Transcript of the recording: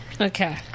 Okay